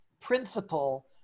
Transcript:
principle